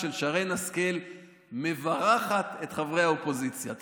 של שרן השכל מברכת את חברי האופוזיציה.